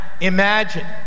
imagine